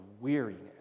weariness